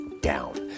down